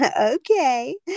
Okay